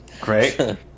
Great